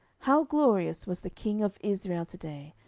how glorious was the king of israel to day,